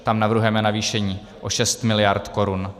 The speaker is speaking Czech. Tam navrhujeme navýšení o 6 mld. korun.